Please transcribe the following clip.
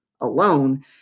alone